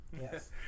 Yes